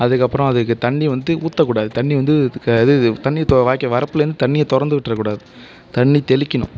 அதுக்கப்புறம் அதுக்கு தண்ணி வந்துட்டு ஊற்றக்கூடாது தண்ணி வந்து இதுக்கு இது தண்ணி வாய்க்கால் வரப்புலேருந்து தண்ணியை திறந்து விட்டுறக்கூடாது தண்ணி தெளிக்கணும்